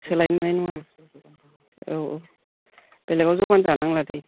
सोलायनो मोननाय नङा औ औ बेलेगाव जबान जानांला दै